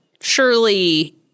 surely